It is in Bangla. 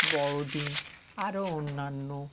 বড়দিন আরও অন্যান্য